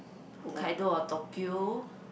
Hokkaido or Tokyo